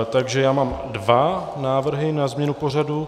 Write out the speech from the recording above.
Takže já mám dva návrhy na změnu pořadu.